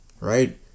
Right